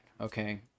okay